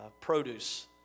produce